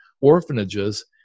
orphanages